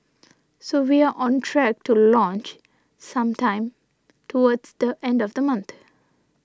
so we're on track to launch sometime towards the end of the month